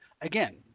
again